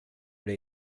det